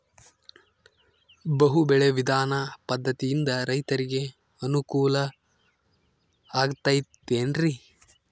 ಬಹು ಬೆಳೆ ವಿಧಾನ ಪದ್ಧತಿಯಿಂದ ರೈತರಿಗೆ ಅನುಕೂಲ ಆಗತೈತೇನ್ರಿ?